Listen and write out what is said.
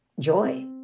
joy